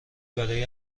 برای